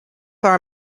are